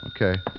Okay